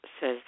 says